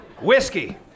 Whiskey